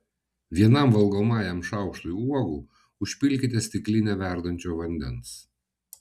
vienam valgomajam šaukštui uogų užpilkite stiklinę verdančio vandens